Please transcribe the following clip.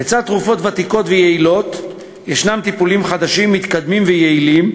לצד תרופות ותיקות ויעילות ישנם טיפולים חדשים מתקדמים ויעילים,